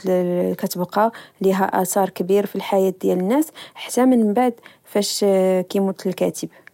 كتبقى لها أتر كبير في الحياة ديال الناس حتى من بعد فاش كموت الكاتب